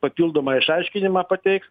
papildomą išaiškinimą pateiks